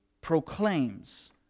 proclaims